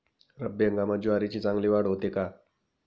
रब्बी हंगामात ज्वारीची चांगली वाढ होते का?